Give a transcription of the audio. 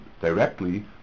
directly